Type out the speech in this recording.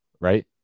Right